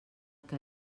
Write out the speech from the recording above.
que